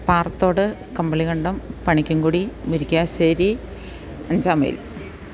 Parathodu Kambilikandam Panikkan Kudi Murickassery Anchammile